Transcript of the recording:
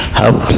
help